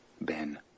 Ben